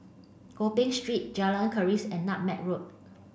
Gopeng Street Jalan Keris and Nutmeg Road